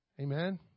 Amen